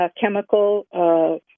chemical